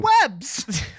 webs